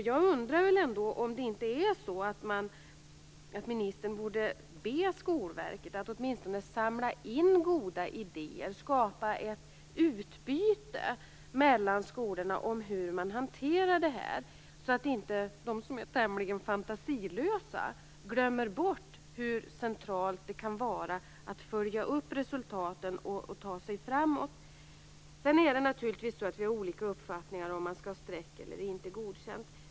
Jag undrar om ministern inte borde be Skolverket att åtminstone samla in goda idéer och skapa ett utbyte mellan skolorna av idéer om hur man hanterar detta, så att inte de som är tämligen fantasilösa glömmer bort hur centralt det kan vara att följa upp resultaten och ta sig framåt. Vi har olika uppfattningar om ifall man skall sätta streck eller icke godkänd.